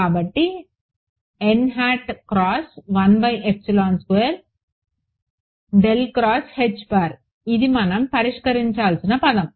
కాబట్టి ఇది మనం పరిష్కరించాల్సిన పదం